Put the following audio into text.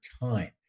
time